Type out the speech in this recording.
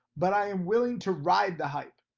but i am willing to ride the hype.